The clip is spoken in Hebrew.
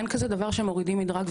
אין כזה דבר שמורידים מדרג,